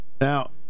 Now